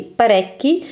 parecchi